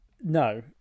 no